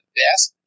best